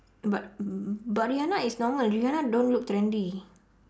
but but rihanna is normal rihanna don't look trendy